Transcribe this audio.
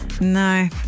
No